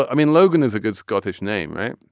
i mean logan is a good scottish name right.